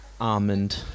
almond